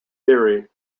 theory